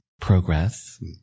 progress